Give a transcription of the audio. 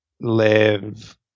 live